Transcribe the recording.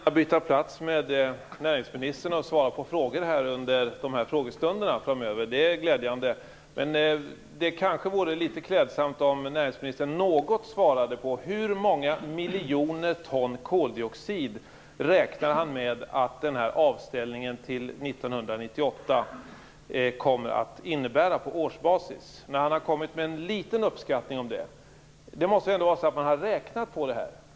Fru talman! Jag kan gärna byta plats med näringsministern och svara på frågor under frågestunderna framöver. Det vore glädjande. Men det kanske vore litet klädsamt om näringsministern svarade något på frågan hur många miljoner ton koldioxid räknar han med att avställningen fram till 1998 kommer att innebära på årsbasis? Man måste ändå ha räknat på detta.